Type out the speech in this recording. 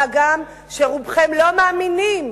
מה גם שרובכם לא מאמינים